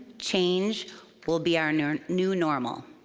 change will be our new and new normal.